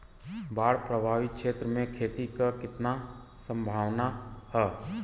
बाढ़ प्रभावित क्षेत्र में खेती क कितना सम्भावना हैं?